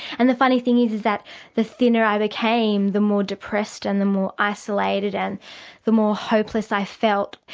and the funny thing is is that the thinner i became, the more depressed and the more isolated and the more hopeless i felt.